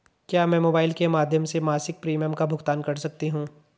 क्या मैं मोबाइल के माध्यम से मासिक प्रिमियम का भुगतान कर सकती हूँ?